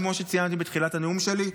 כמו שציינתי בתחילת הנאום שלי,